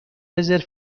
رزرو